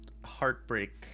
heartbreak